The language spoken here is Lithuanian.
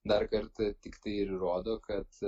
dar kartą tiktai ir įrodo kad